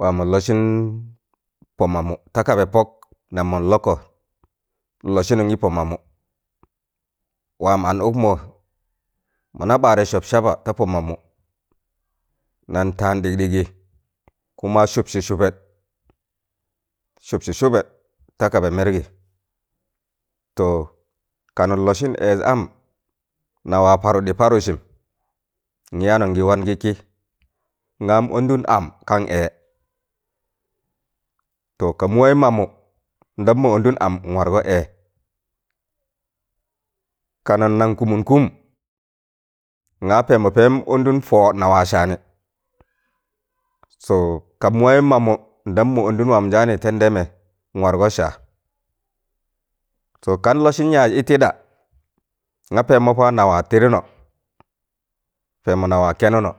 Waam mọn lọsịn pọ mamụ takaba pọk nam mọn lọkọ n lọsin gị pọ mamụ waam an ụkmo, mọna ɓaɗẹ sọp saba ta pọ mamụ nan taan ɗigɗịgị kuma sụpsị sụubẹẹt sụpsi sụụụbẹẹt takaba mẹrgi to kanụn lọsịn ẹẹz am nawa parụɗị-parụdsịm ngị yaanụ gị wan gi kịị ngaam ondun am kan ẹẹ to ka muwai mamu ndam mo ondu am nwargọ ẹẹ kanu nang kumun kụm ngaa pẹẹmọ peem ondun pọọ nawa saani to ka muwai mamu ndam mọ ondun waamjaani tendeeme nwargọ sạa to kan lọsin yaz itiɗa nga pẹẹmọ pa nawa tirinọ peemo nawa kẹnụnọ